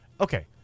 okay